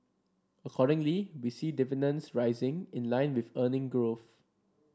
accordingly we see dividends rising in line with earning growth